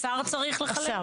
השר צריך לחלק?